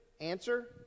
Answer